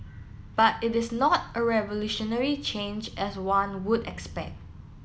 but it is not a revolutionary change as one would expect